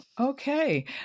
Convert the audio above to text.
Okay